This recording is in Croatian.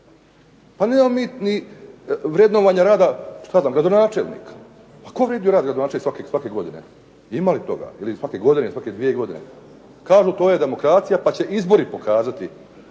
Pa nemamo mi vrednovanja rada gradonačelnika. ... /Govornik se ne razumije./ ... ima li toga? Ili svake godine, svake dvije godine. Kažu to je demokracija pa će izbori pokazati.